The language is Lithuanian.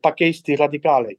pakeisti radikalai